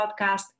Podcast